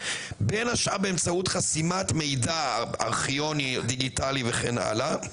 בין השאר באמצעות חסימת מידע ארכיוני דיגיטלי וכן הלאה,